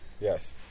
yes